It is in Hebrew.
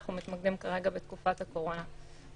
אנחנו מתמקדים כרגע בתקופת הקורונה.